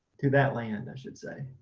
to that land, i should say?